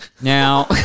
Now